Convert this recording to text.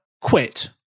quit